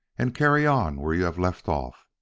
and carry on where you have left off.